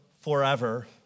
forever